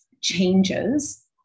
changes